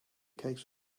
case